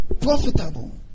Profitable